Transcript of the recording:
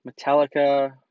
Metallica